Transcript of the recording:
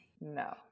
No